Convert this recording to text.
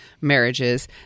marriages